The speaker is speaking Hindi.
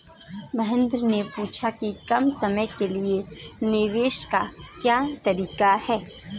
महेन्द्र ने पूछा कि कम समय के लिए निवेश का क्या तरीका है?